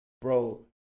Bro